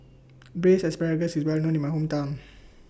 Braised Asparagus IS Well known in My Hometown